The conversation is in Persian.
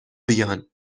بیان